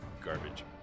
garbage